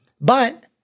but-